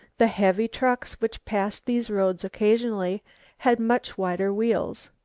the heavy trucks which passed these roads occasionally had much wider wheels.